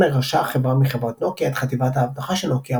2008 רכשה החברה מחברת נוקיה את חטיבת האבטחה של נוקיה,